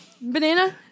Banana